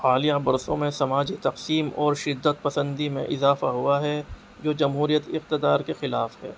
حالیہ برسوں میں سماجی تقسیم اور شدت پسندی میں اضافہ ہوا ہے جو جمہوریت اقتدار کے خلاف ہے